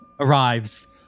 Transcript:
arrives